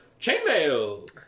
Chainmail